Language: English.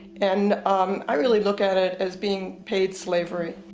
and i realy look at it as being paid slavery.